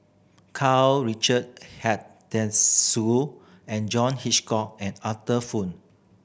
Karl Richard Hanitsch and John Hitchcock and Arthur Fong